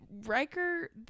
Riker